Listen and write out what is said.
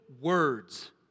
words